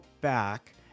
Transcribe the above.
back